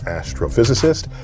astrophysicist